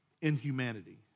inhumanity